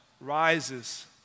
rises